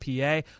PA